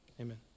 Amen